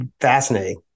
fascinating